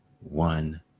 one